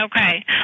Okay